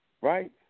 Right